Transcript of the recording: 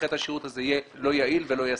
אחרת השירות הזה יהיה לא יעיל ולא ישים.